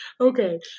Okay